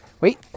Wait